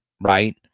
right